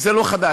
וזה לא חדש.